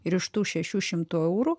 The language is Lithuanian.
ir iš tų šešių šimtų eurų